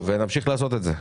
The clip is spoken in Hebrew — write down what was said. ונמשיך לעשות את זה.